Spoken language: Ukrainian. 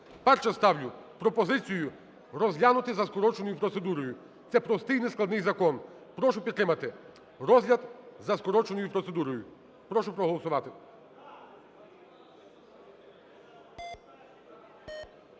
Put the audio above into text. Перше ставлю пропозицію розглянути за скороченою процедурою. Це простий, нескладний закон. Прошу підтримати розгляд за скороченою процедурою. Прошу проголосувати.